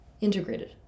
integrated